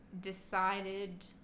decided